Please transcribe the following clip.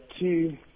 two